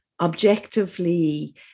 objectively